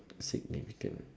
significant